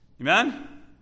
Amen